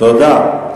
תודה.